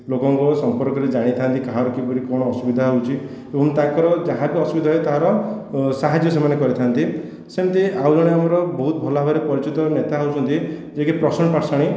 ଲୋକଙ୍କ ସମ୍ପର୍କରେ ଜାଣିଥାନ୍ତି କାହାର କିପରି କଣ ଅସୁବିଧା ହେଉଛି ଏବଂ ତାଙ୍କର ଯାହା ବି ଅସୁବିଧା ହୁଏ ତାହାର ସାହାଯ୍ୟ ସେମାନେ କରିଥାନ୍ତି ସେମିତି ଆଉ ଜଣେ ଆମର ବହୁତ ଭଲ ଭାବରେ ପରିଚିତ ନେତା ହେଉଛନ୍ତି ଯିଏକି ପ୍ରସନ୍ନ ପାଟ୍ଟଶାହାଣୀ